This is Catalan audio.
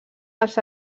dels